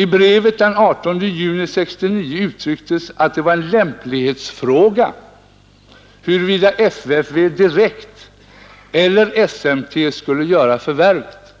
I brevet av den 18 juni 1969 sades det att det var en lämplighetsfråga, huruvida FFV direkt eller SMT skulle göra förvärvet.